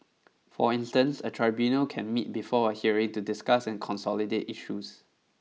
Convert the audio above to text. for instance a tribunal can meet before a hearing to discuss and consolidate issues